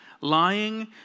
Lying